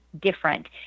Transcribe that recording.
different